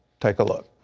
take a look.